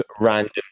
random